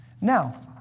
Now